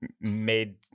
made